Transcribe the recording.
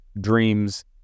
dreams